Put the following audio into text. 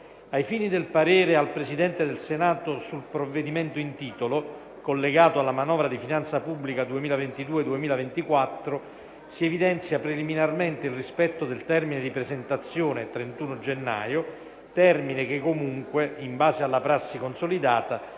Ai fini del parere al Presidente del Senato sul provvedimento in titolo, collegato alla manovra di finanza pubblica 2022-2024, si evidenzia preliminarmente il rispetto del termine di presentazione (31 gennaio); termine che comunque, in base alla prassi consolidata,